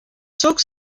zog